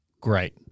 Great